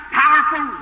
powerful